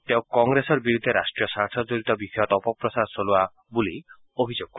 তেওঁ কংগ্ৰেছৰ বিৰুদ্ধে ৰাষ্টীয় স্বাৰ্থজড়িত বিষয়ত অপপ্ৰচাৰ কৰা বুলি অভিযোগ কৰে